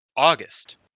august